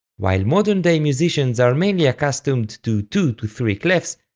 while modern day musicians are mainly accustomed to two to three clefs,